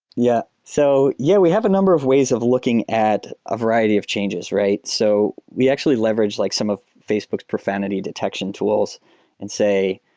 yeah. so yeah, we have a number of ways of looking at a variety of changes, right? so we actually leverage like some of facebook's profanity detection tools and say,